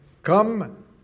Come